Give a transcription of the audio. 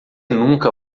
nunca